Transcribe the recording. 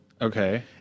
Okay